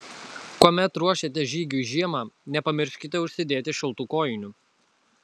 kuomet ruošiatės žygiui žiemą nepamirškite užsidėti šiltų kojinių